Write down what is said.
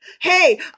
hey